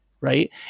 right